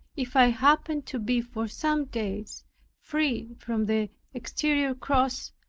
if i happened to be for some days freed from the exterior cross,